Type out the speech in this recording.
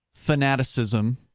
fanaticism